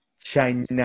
China